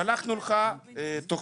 שלחנו לך תוכנית.